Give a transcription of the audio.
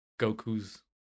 goku's